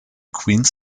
queen’s